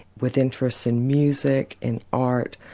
with interests in music, in art,